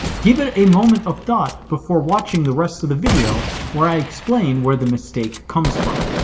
give it a moment of thought before watching the rest of the video where i explain where the mistake comes from